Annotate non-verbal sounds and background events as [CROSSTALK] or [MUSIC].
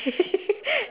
[LAUGHS]